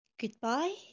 Goodbye